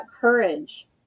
courage